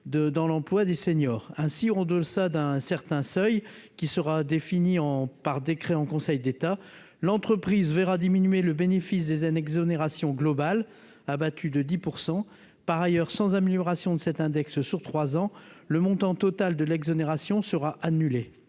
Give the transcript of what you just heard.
dans l'emploi des seniors ainsi en deçà d'un certain seuil, qui sera défini en par décret en Conseil d'État, l'entreprise verra diminuer le bénéfice des exonération globale, battu de 10 pour % par ailleurs sans amélioration de cet index sur 3 ans, le montant total de l'exonération sera annulé